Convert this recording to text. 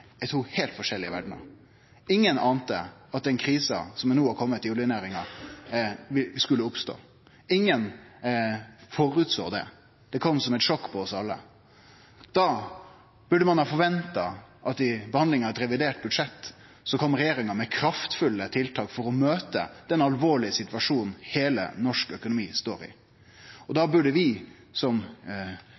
to heilt forskjellige verder. Ingen ante at den krisa som no har kome i oljenæringa, skulle oppstå. Ingen såg det på førehand. Det kom som eit sjokk på oss alle. Da burde ein ha forventa, i behandlinga av eit revidert budsjett, at regjeringa kom med kraftfulle tiltak for å møte den alvorlege situasjonen heile den norske økonomien står i. Da burde vi, som